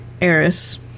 Eris